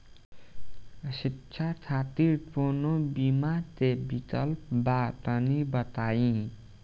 शिक्षा खातिर कौनो बीमा क विक्लप बा तनि बताई?